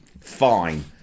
fine